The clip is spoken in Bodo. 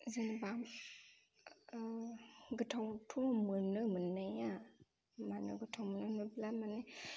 जेनेबा गोथावथ' मोनो मोननाया मानो गोथाव मानो होनोब्ला माने